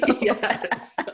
Yes